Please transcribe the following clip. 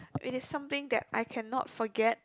it is something that I cannot forget